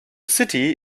city